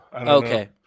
okay